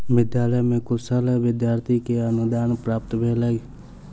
विद्यालय में कुशल विद्यार्थी के अनुदान प्राप्त भेल